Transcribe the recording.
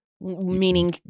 Meaning